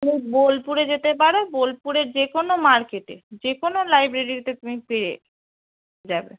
তুমি বোলপুরে যেতে পারো বোলপুরে যে কোনো মার্কেটে যে কোনো লাইব্রেরিতে তুমি পেয়ে যাবে